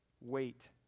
wait